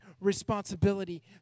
responsibility